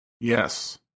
Yes